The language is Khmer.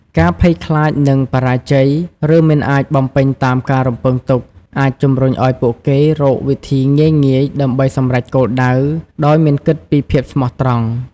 ការភ័យខ្លាចនឹងបរាជ័យ ឬមិនអាចបំពេញតាមការរំពឹងទុក អាចជំរុញឱ្យពួកគេរកវិធីងាយៗដើម្បីសម្រេចគោលដៅ ដោយមិនគិតពីភាពស្មោះត្រង់។